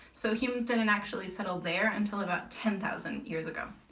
so humans didn't and actually settled there until about ten thousand years ago.